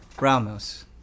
Ramos